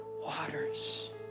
waters